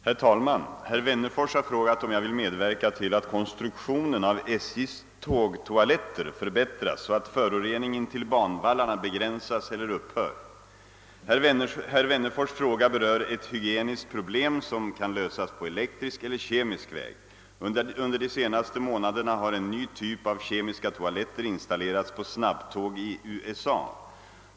Herr talman! Herr Wennerfors har frågat, om jag vill medverka till att konstruktionen av SJ:s tågtoaletter förbättras så att förorening intill banvallarna begränsas eller upphör. Herr Wennerfors” fråga berör ett hygieniskt problem, som kan lösas på elektrisk eller kemisk väg. Under de senaste månaderna har en ny typ av kemiska toaletter installerats på snabbtåg i USA.